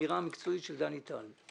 האמירה המקצועית של דני טל,